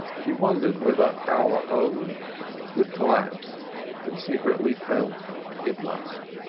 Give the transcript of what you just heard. she wondered whether our own would collapse and secretly felt it must.